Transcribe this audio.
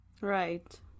Right